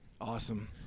awesome